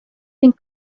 ning